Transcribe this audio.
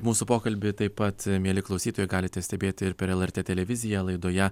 mūsų pokalbį taip pat mieli klausytojai galite stebėti ir per lrt televiziją laidoje